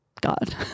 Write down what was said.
God